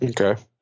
Okay